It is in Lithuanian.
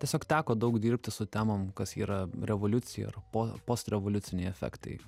tiesiog teko daug dirbti su temom kas yra revoliucija ar po post revoliuciniai efektai